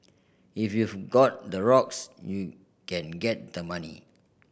if you've got the rocks you can get the money